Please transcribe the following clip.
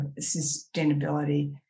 sustainability